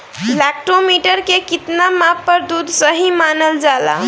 Lactometer के कितना माप पर दुध सही मानन जाला?